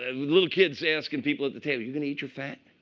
and little kids asking people at the table, you gonna eat your fat?